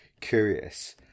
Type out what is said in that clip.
curious